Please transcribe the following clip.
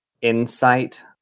insight